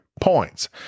points